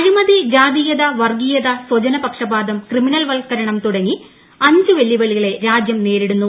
അഴിമതി ജാതീയത വർഗ്ഗീയത സ്വജനപക്ഷപാതം ക്രിമിനൽവൽക്കരണം തുടങ്ങി അഞ്ച് വെല്ലുവിളികളെ രാജ്യം നേരിടുന്നു